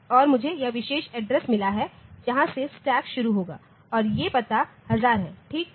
और मुझे यह विशेष एड्रेस मिला है जहां से स्टैक शुरू होगा और ये पता 1000है ठीक है